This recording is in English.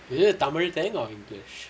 is it a tamil thing or english